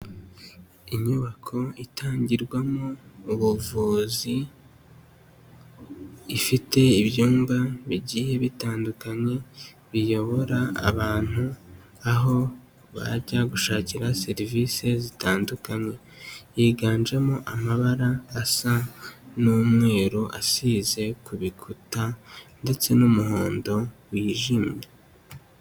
Inyubako itangirwamo ubuvuzi ifite ibyumba bigiye bitandukanye biyobora abantu aho bajya gushakira serivise zitandukanye, yiganjemo amabara asa n'umweru asize ku bikuta ndetse n'umuhondo wijimye.